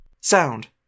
sound